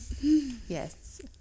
Yes